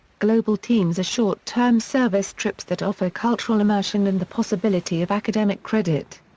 global teams are short term service trips that offer cultural immersion and the possibility of academic credit.